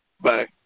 bye